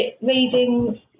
reading